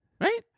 right